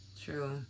True